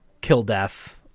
kill-death